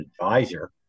advisor